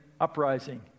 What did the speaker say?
uprising